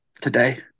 today